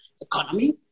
Economy